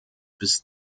bis